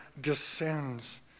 descends